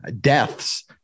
deaths